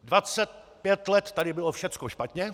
Dvacet pět let tady bylo všecko špatně!